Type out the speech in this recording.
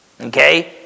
okay